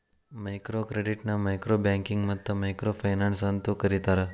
micro ಕ್ರೆಡಿಟ್ನ micro banking ಮತ್ತ micro finance ಅಂತೂ ಕರಿತಾರ